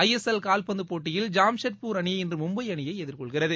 ஐ S L கால்பந்துப் போட்டியில் ஜாம்ஷெட்பூர் அணி இன்று மும்பை அணியை எதிர்கொள்கிறது